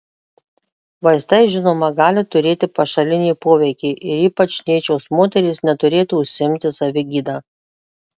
vaistai žinoma gali turėti pašalinį poveikį ir ypač nėščios moterys neturėtų užsiimti savigyda